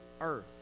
earth